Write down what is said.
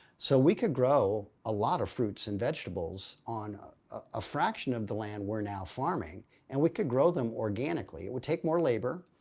so we could grow a lot of fruits and vegetables on a fraction of the land we're now farming and we could grow them organically. it would take more labor.